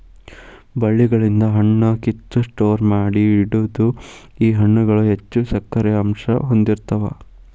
ಬಳ್ಳಿಗಳಿಂದ ಹಣ್ಣ ಕಿತ್ತ ಸ್ಟೋರ ಮಾಡಿ ಇಡುದು ಈ ಹಣ್ಣುಗಳು ಹೆಚ್ಚು ಸಕ್ಕರೆ ಅಂಶಾ ಹೊಂದಿರತಾವ